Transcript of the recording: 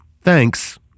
Thanks